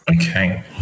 okay